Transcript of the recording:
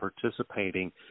participating